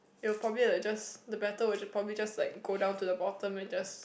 it will probably like just the batter will j~ probably just like go down to the bottom and just